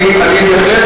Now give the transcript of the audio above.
אני בהחלט